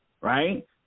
Right